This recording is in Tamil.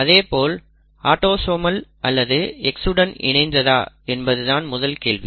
அதேபோல் ஆட்டோசோமல் அல்லது X உடன் இணைந்ததா என்பது தான் முதல் கேள்வி